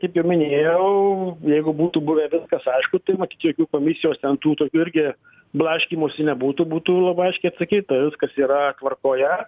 kaip jau minėjau jeigu būtų buvę viskas aišku tai matyt jokių komisijos ten tų tokių irgi blaškymųsi nebūtų būtų labai aiškiai atsakyta viskas yra tvarkoje